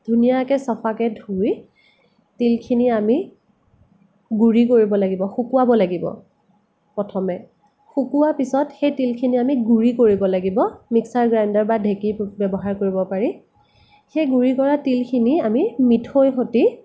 ধুনীয়াকৈ চাফাকৈ ধুই তিলখিনি আমি গুড়ি কৰিব লাগিব শুকুৱাব লাগিব প্ৰথমে শুকুৱাৰ পিছত সেই তিলখিনি আমি গুড়ি কৰিব লাগিব মিক্সাৰ গ্ৰাইণ্ডাৰ বা ঢেঁকীৰ ব্যৱহাৰ কৰিব পাৰি সেই গুড়ি কৰা তিলখিনি আমি মিঠৈৰ সৈতে